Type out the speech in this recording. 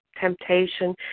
temptation